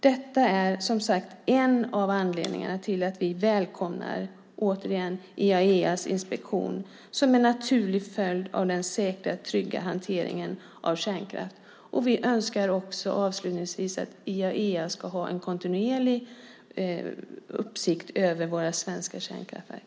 Detta är som sagt en av anledningarna till att vi välkomnar IAEA:s inspektion som en naturlig följd av den säkra, trygga hanteringen av kärnkraften. Vi önskar också avslutningsvis att IAEA ska ha en kontinuerlig uppsikt över våra svenska kärnkraftverk.